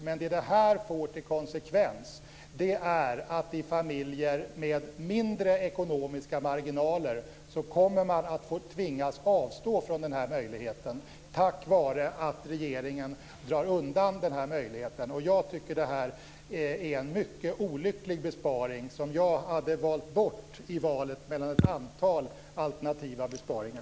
Men konsekvensen av det nu föreslagna blir att i familjer med mindre ekonomiska marginaler kommer man att tvingas avstå från sådana studier på grund av att den här möjligheten dras undan av regeringen. Jag tycker att detta är en mycket olycklig besparing, som jag skulle ha valt bort i valet mellan ett antal alternativa besparingar.